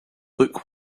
look